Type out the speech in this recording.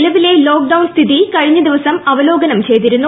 നിലവിലെ ലോക്ഡൌൺ സ്ഥിതി കഴിഞ്ഞ ദിവസം അവലോകനം ചെയ്തിരുന്നു